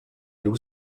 loue